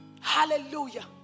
Hallelujah